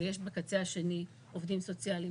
ויש בקצה השני עובדים סוציאליים,